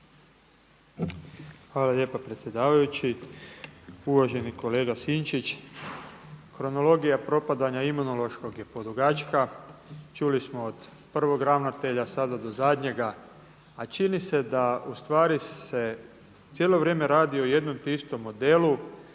Hvala lijepa predsjedavajući. Uvaženi kolega Sinčić, kronologija propadanja Imunološkog je podugačka, čuli smo od prvog ravnatelja, sada do zadnjega a čini se da ustvari se cijelo vrijeme radi o jedno te istom modelu,